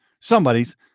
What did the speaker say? Somebody's